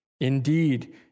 Indeed